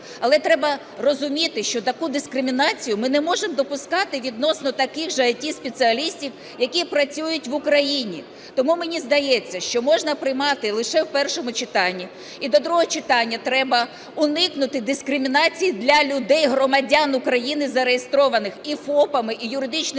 Але треба розуміти, що таку дискримінацію ми не можемо допускати відносно таких же ІТ-спеціалістів, які працюють в Україні. Тому, мені здається, що можна приймати лише в першому читанні. І до другого читання треба уникнути дискримінації для людей – громадян України зареєстрованих і ФОП, і юридичними